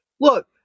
Look